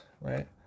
right